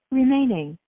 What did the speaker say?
remaining